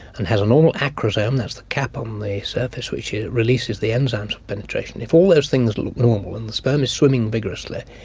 and has a normal acrosome, that's the cap on um the surface which releases the enzymes of penetration, if all those things look normal and the sperm is swimming vigorously,